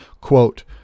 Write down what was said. Quote